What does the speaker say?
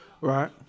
Right